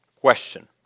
question